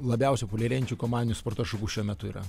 labiausiai populiarėjančių komandinių sporto šakų šiuo metu yra